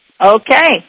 okay